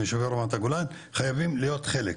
יישובי רמת הגולן חייבים להיות חלק,